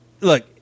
look